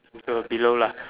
the below lah